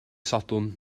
sadwrn